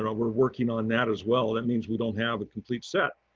ah we're working on that as well. that means we don't have a complete set.